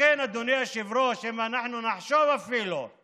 לכן, אדוני היושב-ראש, אם אנחנו אפילו נחשוב לתמוך